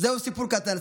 זהו סיפור קטן.